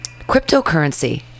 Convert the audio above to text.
cryptocurrency